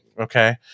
okay